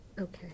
okay